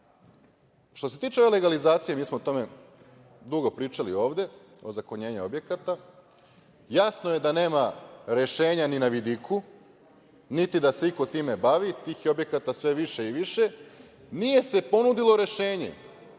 se tiče ove legalizacije, mi smo o tome dugo pričali ovde, o ozakonjenju objekata, jasno je da nema rešenja ni na vidiku, niti da se iko time bavi, tih je objekata sve više i više, nije se ponudilo rešenje